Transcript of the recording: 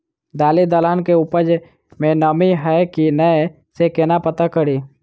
दालि दलहन केँ उपज मे नमी हय की नै सँ केना पत्ता कड़ी?